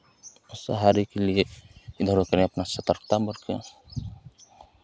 सहारे के लिए इधर हो के अपना सतर्कता बरतें